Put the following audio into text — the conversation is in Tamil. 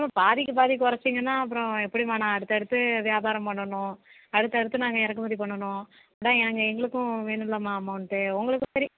என்னம்மா பாதிக்கிப் பாதி குறச்சீங்கன்னா அப்புறோம் எப்படிம்மா நான் அடுத்தடுத்து வியாபாரம் பண்ணனும் அடுத்தடுத்து நாங்கள் இறக்குமதி பண்ணனும் அதா நாங்கள் எங்களுக்கு வேணுல்லம்மா அமௌன்ட்டு உங்களுக்கும் சரி